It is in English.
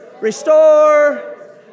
Restore